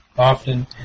often